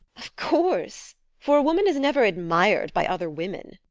of course! for a woman is never admired by other women.